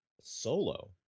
solo